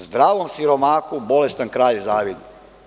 Zdravom siromahu bolestan kralj zavidi.